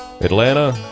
Atlanta